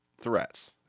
threats